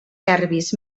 serbis